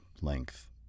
length